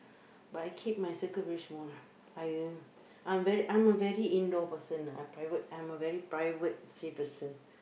but I keep my circle very small lah I I'm very I'm a very indoor person private I'm a very privacy person